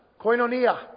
Koinonia